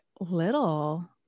little